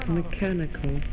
mechanical